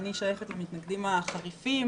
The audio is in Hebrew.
אני שייכת למתנגדים החריפים